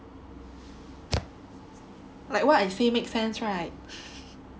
like what I say makes sense right